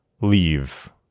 leave